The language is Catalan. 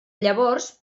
llavors